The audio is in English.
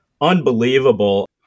unbelievable